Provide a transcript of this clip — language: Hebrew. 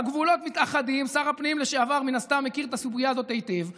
רגע אחד על השקר של הקמת היישובים והסדרת ההתיישבות הבדואית בנגב.